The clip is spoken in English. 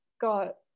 got